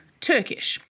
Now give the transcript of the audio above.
Turkish